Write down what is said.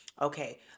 okay